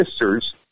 sisters